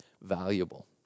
valuable